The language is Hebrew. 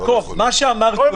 חינוך, נכון.